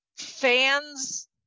fans